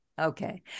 Okay